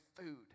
food